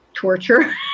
Torture